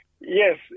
Yes